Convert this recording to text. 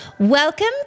Welcome